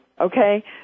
Okay